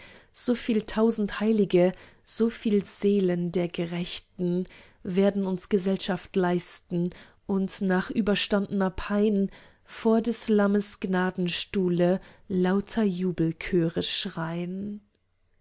viel tausend heilige so viel seelen der gerechten werden uns gesellschaft leisten und nach überstandner pein vor des lammes gnadenstuhle lauter jubelchöre schrein